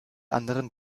anderen